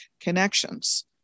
Connections